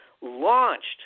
launched